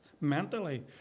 mentally